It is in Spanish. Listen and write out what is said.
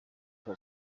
fue